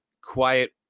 quiet